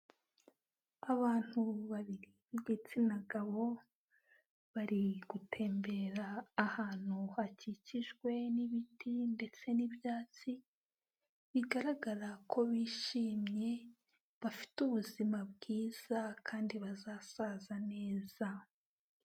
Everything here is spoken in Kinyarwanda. Abantu babiri b'igitsina gabo bari gutembera ahantu hakikijwe n'ibiti ndetse n'ibyatsi, bigaragara ko bishimye, bafite ubuzima bwiza kandi bazasaza neza.